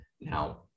Now